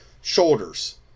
shoulders